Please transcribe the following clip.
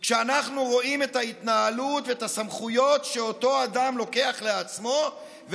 ואנחנו רואים את ההתנהלות ואת הסמכויות שאותו אדם לוקח לעצמו,